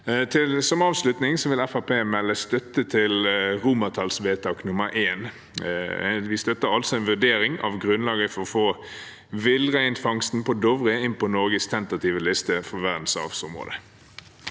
Som avslutning vil Fremskrittspartiet melde støtte til romertallsvedtak I. Vi støtter altså en vurdering av grunnlaget for få villreinfangsten på Dovre inn på Norges tentative liste for verdensarvområder.